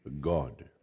God